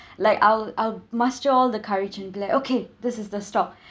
like I'll I'll master all the courage and glade okay this is the stock